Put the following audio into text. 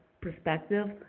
perspective